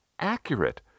accurate